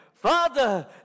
Father